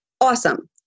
awesome